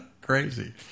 crazy